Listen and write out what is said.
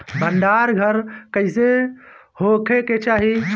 भंडार घर कईसे होखे के चाही?